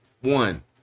one